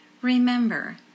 remember